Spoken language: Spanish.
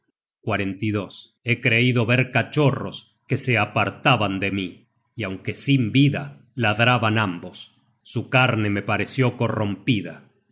search generated at he creido ver cachorros que se apartaban de mí y aunque sin vida ladraban ambos su carne me pareció corrompida